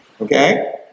Okay